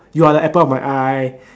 you are the apple of my eye